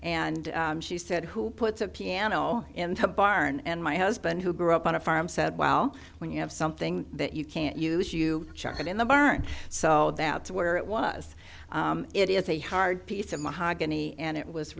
and she said who puts a piano in the barn and my husband who grew up on a farm said well when you have something that you can't use you chuck it in the current so that to where it was it is a hard piece of mahogany and it was